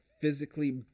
physically